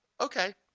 okay